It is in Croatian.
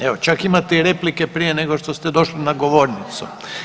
Evo čak imate i replike prije nego što ste došli na govornicu.